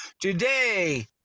Today